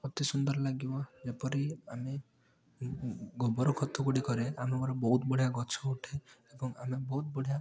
ଅତି ସୁନ୍ଦର ଲାଗିବ ଯେପରି ଆମେ ଗୋବର ଖତ ଗୁଡ଼ିକରେ ଆମେ ଆମର ବହୁତ ବଢ଼ିଆ ଗଛ ଉଠେ ଏବଂ ଆମେ ବହୁତ ବଢ଼ିଆ